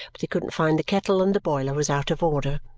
but they couldn't find the kettle, and the boiler was out of order.